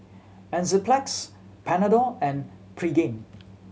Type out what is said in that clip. Enzyplex Panadol and Pregain